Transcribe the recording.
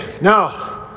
now